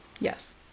Yes